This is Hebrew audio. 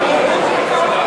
בחשמל.